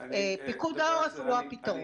פיקוד העורף הוא לא הפתרון.